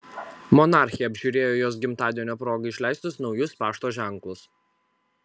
monarchė apžiūrėjo jos gimtadienio proga išleistus naujus pašto ženklus